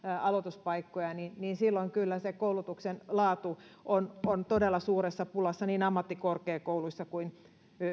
aloituspaikkoja niin niin silloin kyllä se koulutuksen laatu on on todella suuressa pulassa niin ammattikorkeakouluissa kuin